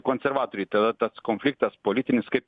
konservatoriai tada tas konfliktas politinis kaip